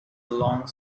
long